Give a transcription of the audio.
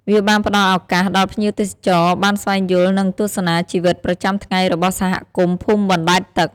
វាបានផ្តល់ឱកាសដល់ភ្ញៀវទេសចរបានស្វែងយល់ និងទស្សនាជីវិតប្រចាំថ្ងៃរបស់សហគមន៍ភូមិបណ្ដែតទឹក។